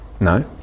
No